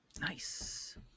nice